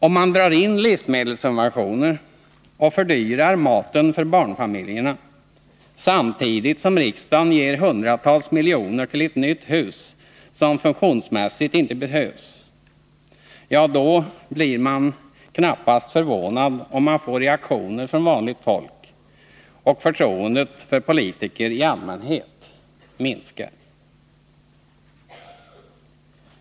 Om livsmedelssubventionerna dras in och maten för barnfamiljerna fördyras samtidigt som riksdagen ger hundratals miljoner till ett nytt hus som funktionsmässigt inte behövs, ja, då blir man knappast förvånad om man får reaktioner från vanligt folk och om förtroendet för politiker i allmänhet minskar.